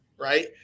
right